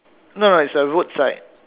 no no it's a roadside